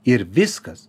ir viskas